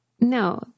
no